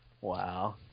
Wow